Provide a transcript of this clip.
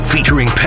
Featuring